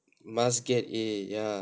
must get A ya